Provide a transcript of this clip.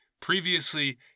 Previously